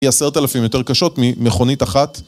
היא עשרת אלפים יותר קשות ממכונית אחת